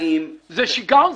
זה שגעון,